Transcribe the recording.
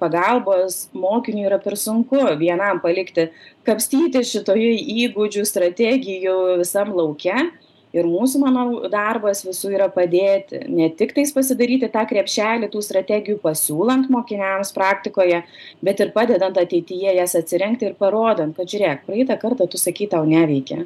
pagalbos mokiniui yra per sunku vienam palikti kapstytis šitoje įgūdžių strategijų visam lauke ir mūsų manau darbas visų yra padėti ne tiktais pasidaryti tą krepšelį tų strategijų pasiūlant mokiniams praktikoje bet ir padedant ateityje jas atsirinkti ir parodant kad žiūrėk praeitą kartą tu sakei tau neveikia